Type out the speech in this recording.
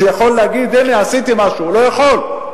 שיכול להגיד: הנה, עשיתי משהו, הוא לא יכול.